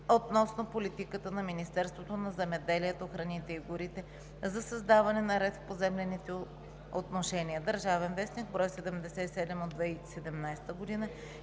относно политиката на Министерството на земеделието, храните и горите за създаване на ред в поземлените отношения (ДВ, бр. 77 от 2017 г.),